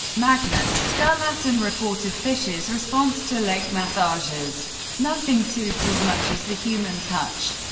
magnus skulason reported fischer's response to leg massages nothing soothes as much as the human touch.